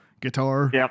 guitar